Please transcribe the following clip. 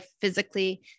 physically